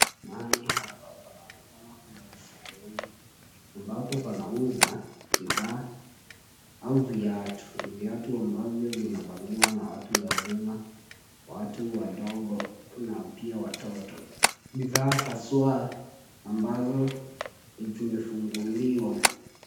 Mahali hapa panaonekana kuwa ni sokoni ambapo panauza bidhaa au viatu ambavyo vinavaliwa na watu wazima , watu wadogo na pia watoto, bidhaa haswa ambazo haswa zimefunguliwa.